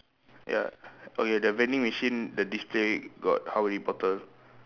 ya okay that vending machine the display got how many bottle